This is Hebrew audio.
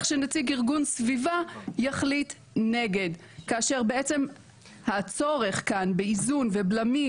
שנציג ארגון סביבה יחליט נגד כאשר הצורך כאן באיזון ובלמים